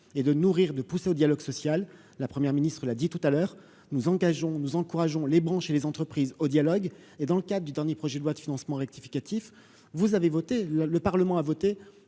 est de nourrir de pousser au dialogue social, la première ministre l'a dit tout à l'heure, nous engageons nous encourageons les branches et les entreprises, au dialogue et dans le cas du dernier projet de loi de financement rectificatif : vous avez voté le Parlement a voté